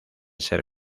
ser